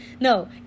no